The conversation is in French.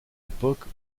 époque